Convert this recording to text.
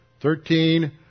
Thirteen